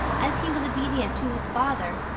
as he was obedient to his father,